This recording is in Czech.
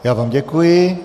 Já vám děkuji.